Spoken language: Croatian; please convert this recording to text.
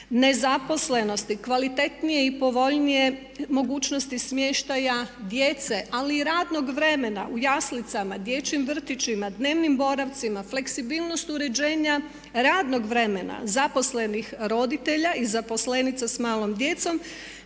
nezaposlenosti, kvalitetnije i povoljnije mogućnosti smještaja djece ali i radnog vremena u jaslicama, dječjim vrtićima, dnevnim boravcima, fleksibilnost uređenja radnog vremena zaposlenih roditelja i zaposlenica s malom djecom,